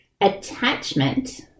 Attachment